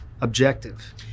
objective